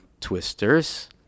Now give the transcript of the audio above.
twisters